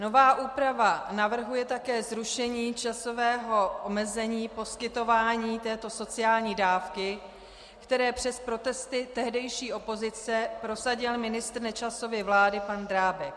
Nová úprava navrhuje také zrušení časového omezení poskytování této sociální dávky, které přes protesty tehdejší opozice prosadil ministr Nečasovy vlády pan Drábek.